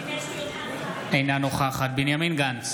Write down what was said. אינה נוכחת בנימין גנץ,